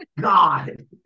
God